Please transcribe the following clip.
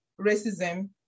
racism